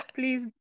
Please